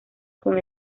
con